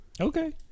Okay